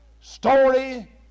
story